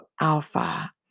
alpha